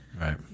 Right